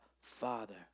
Father